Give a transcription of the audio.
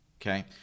Okay